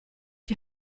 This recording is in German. die